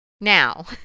Now